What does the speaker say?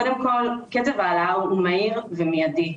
קודם כל, קצב ההעלאה הוא מהיר ומיידי.